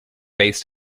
based